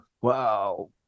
Wow